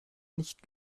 nicht